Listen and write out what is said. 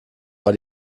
war